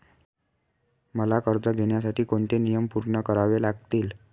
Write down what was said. मला कर्ज घेण्यासाठी कोणते नियम पूर्ण करावे लागतील?